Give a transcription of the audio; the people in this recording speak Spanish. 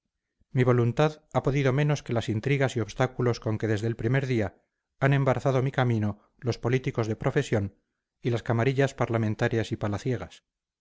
mi voluntad ha podido menos que las intrigas y obstáculos con que desde el primer día han embarazado mi camino los políticos de profesión y las camarillas parlamentarias y palaciegas